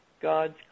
God's